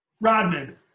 Rodman